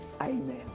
Amen